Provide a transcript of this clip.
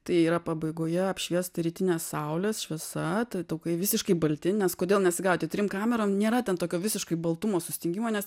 tai yra pabaigoje apšviesta rytinės saulės šviesa tie taukai visiškai balti nes kodėl nesigavo trim kamerom nėra ten tokio visiškai baltumo sustingimo nes